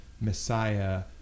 Messiah